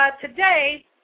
Today